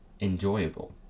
enjoyable